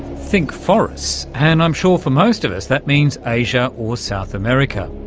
think forests, and i'm sure for most of us that means asia or south america.